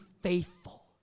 faithful